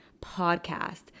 podcast